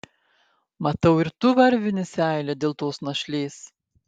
matau ir tu varvini seilę dėl tos našlės